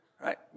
right